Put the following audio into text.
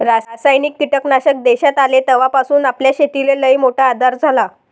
रासायनिक कीटकनाशक देशात आले तवापासून आपल्या शेतीले लईमोठा आधार झाला